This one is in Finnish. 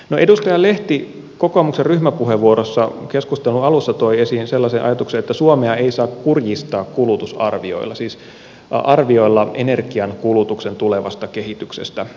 edustaja lehti kokoomuksen ryhmäpuheenvuorossa keskustelun alussa toi esiin sellaisen ajatuksen että suomea ei saa kurjistaa kulutusarvioilla siis arvioilla energiankulutuksen tulevasta kehityksestä